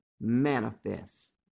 manifest